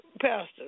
Pastor